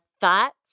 thoughts